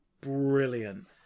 brilliant